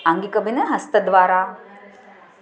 आङ्गिक अभिनयः हस्तद्वारा